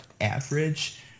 average